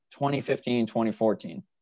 2015-2014